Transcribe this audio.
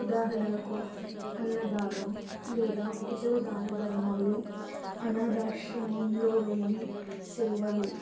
ఉదాహరణలకు అన్నదానం లేదా ఇతర దానధర్మాలు అనాధాశ్రమంలో వెళ్ళి సేవలు